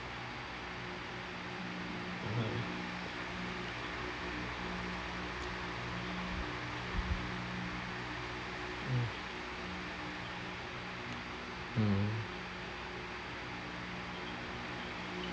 mmhmm mm mm